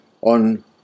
on